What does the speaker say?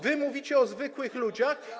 Wy mówicie o zwykłych ludziach?